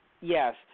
Yes